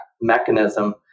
mechanism